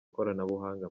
koranabuhanga